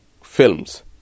films